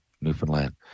Newfoundland